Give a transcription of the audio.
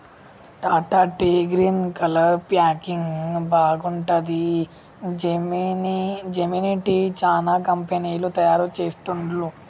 Tata tea green colour packing బాగుంటది, Gemini tea, చానా కంపెనీలు తయారు చెస్తాండ్లు